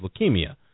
leukemia